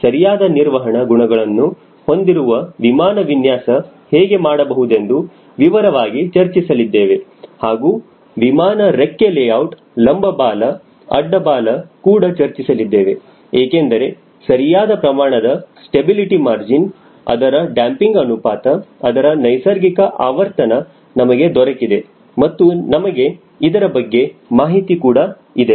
ಸರಿಯಾದ ನಿರ್ವಹಣ ಗುಣಗಳನ್ನು ಹೊಂದಿರುವ ವಿಮಾನ ವಿನ್ಯಾಸ ಹೇಗೆ ಮಾಡಬಹುದೆಂದು ವಿವರವಾಗಿ ಚರ್ಚಿಸಲಿದ್ದೇವೆ ಹಾಗೂ ವಿಮಾನ ರೆಕ್ಕೆ ಲೇಔಟ್ ಲಂಬ ಬಾಲ ಅಡ್ಡ ಬಾಲ ಕೂಡ ಚರ್ಚಿಸಲಿದ್ದೇವೆ ಏಕೆಂದರೆ ಸರಿಯಾದ ಪ್ರಮಾಣದ ಸ್ಟೆಬಿಲಿಟಿ ಮಾರ್ಜಿನ್ ಅದರ ಡ್ಯಾಪಿಂಗ್ ಅನುಪಾತ ಅದರ ನೈಸರ್ಗಿಕ ಆವರ್ತನ ನಮಗೆ ದೊರಕಿದೆ ಮತ್ತು ನಮಗೆ ಅದರ ಬಗ್ಗೆ ಮಾಹಿತಿ ಕೂಡ ಇದೆ